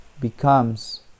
becomes